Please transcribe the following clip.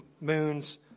moon's